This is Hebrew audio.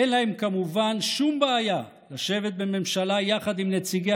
אין להם כמובן שום בעיה לשבת בממשלה יחד עם נציגי